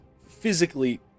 physically